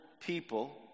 people